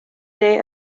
day